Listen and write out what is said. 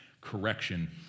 Correction